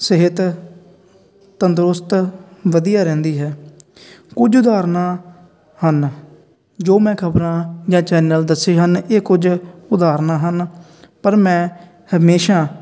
ਸਿਹਤ ਤੰਦਰੁਸਤ ਵਧੀਆ ਰਹਿੰਦੀ ਹੈ ਕੁਝ ਉਦਾਹਰਨਾ ਹਨ ਜੋ ਮੈਂ ਖਬਰਾਂ ਜਾਂ ਚੈਨਲ ਦੱਸੇ ਹਨ ਇਹ ਕੁਝ ਉਦਾਹਰਨਾ ਹਨ ਪਰ ਮੈਂ ਹਮੇਸ਼ਾ